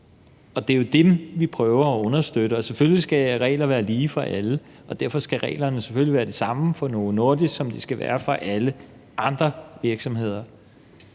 Det er jo dem, vi prøver at understøtte. Selvfølgelig skal reglerne være lige for alle, og derfor skal reglerne selvfølgelig være de samme for Novo Nordisk som for alle andre virksomheder.